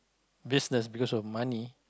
business because of money